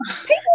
People